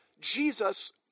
Jesus